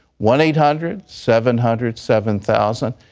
one eight hundred seven hundred seven thousand.